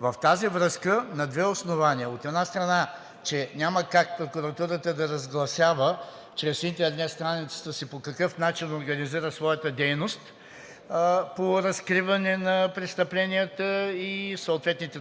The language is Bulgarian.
В тази връзка на две основания, от една страна, че няма как прокуратурата да разгласява чрез интернет страницата си по какъв начин организира своята дейност по разкриване на престъпленията и съответните